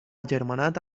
agermanat